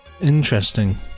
Interesting